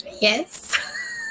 Yes